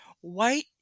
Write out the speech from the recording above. white